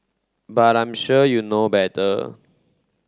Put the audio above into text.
but I'm sure you know better